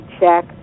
check